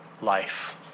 life